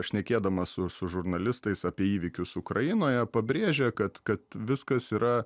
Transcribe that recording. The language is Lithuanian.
šnekėdamas su su žurnalistais apie įvykius ukrainoje pabrėžia kad kad viskas yra